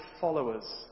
followers